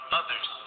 others